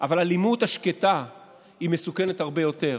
אבל האלימות השקטה מסוכנת הרבה יותר.